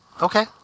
Okay